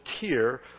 tier